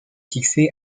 fixée